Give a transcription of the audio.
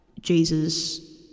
Jesus